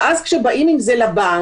ואז כשבאים עם זה לבנק,